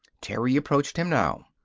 terry approached him now.